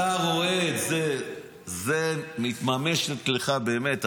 אתה רואה את זה, וזה מתממש אצלך באמת.